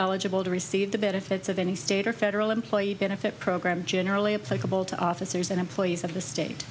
eligible to receive the benefits of any state or federal employee benefit program generally applicable to officers and employees of the state